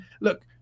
look